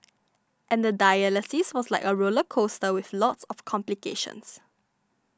and the dialysis was like a roller coaster with lots of complications